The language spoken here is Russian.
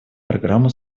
программу